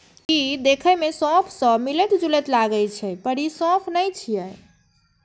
ई देखै मे सौंफ सं मिलैत जुलैत लागै छै, पर ई सौंफ नै छियै